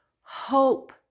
hope